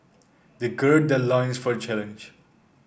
they gird their loins for the challenge